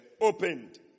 opened